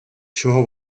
чого